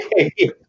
okay